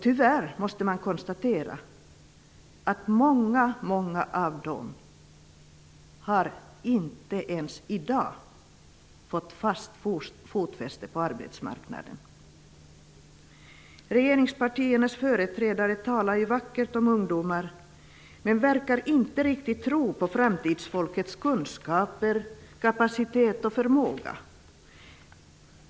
Tyvärr måste vi konstatera att många av dem inte ens i dag har fått fast fotfäste på arbetsmarknaden. Regeringspartiernas företrädare talar vackert om ungdomar, men verkar inte riktigt tro på framtidsfolkets kunskaper, kapacitet och förmåga.